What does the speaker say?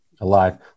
alive